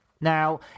Now